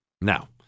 Now